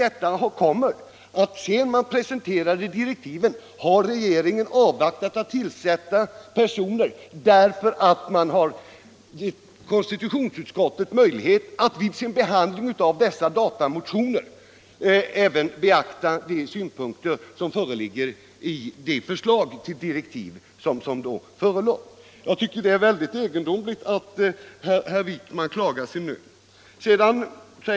Sedan direktiven presenterades har regeringen vidare avvaktat med att tillsätta ledamöter i utredningen, därför att konstitutionsutskottet skulle få möjlighet att vid sin behandling av datamotionerna även beakta de synpunkter som föreligger i förslaget till direktiv. Jag tycker mot denna bakgrund att det är mycket egendomligt att herr Wijkman klagar sin nöd.